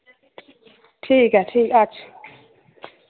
ठीक ऐ ठीक अच्छ